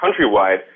countrywide